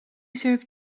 served